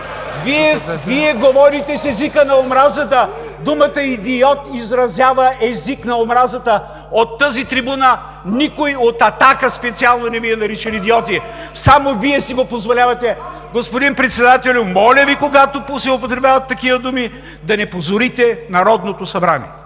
Вие говорите с езика на омразата. Думата „идиот“ изразява език на омразата. От тази трибуна никой от „Атака“ специално не Ви е наричал „идиоти“. Само Вие си го позволявате. Господин Председателю, моля, когато се употребяват такива думи, да не позорите Народното събрание.